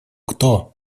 кто